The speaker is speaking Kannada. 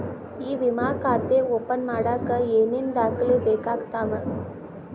ಇ ವಿಮಾ ಖಾತೆ ಓಪನ್ ಮಾಡಕ ಏನೇನ್ ದಾಖಲೆ ಬೇಕಾಗತವ